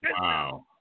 Wow